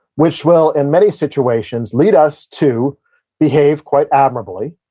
which will, in many situations, lead us to behave quite admirably.